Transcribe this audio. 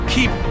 Keep